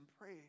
pray